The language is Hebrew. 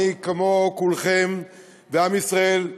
אני כמו כולכם ועם ישראל,